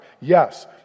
Yes